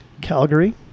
Calgary